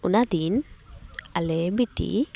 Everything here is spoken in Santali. ᱚᱱᱟᱫᱤᱱ ᱟᱞᱮ ᱵᱤᱴᱤ